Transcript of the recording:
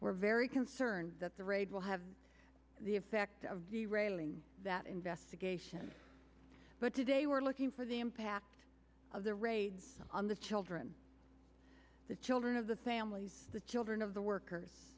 we're very concerned that the raid will have the effect of the railing that investigation but today we're looking for the impact of the raids on the children the children of the families the children of the workers